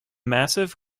massive